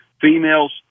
females